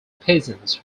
peasants